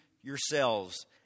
yourselves